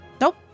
Nope